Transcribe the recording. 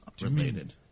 related